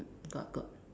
got got